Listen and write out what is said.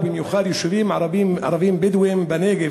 ובמיוחד יישובים ערביים-בדואיים בנגב,